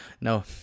No